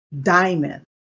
Diamond